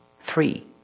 three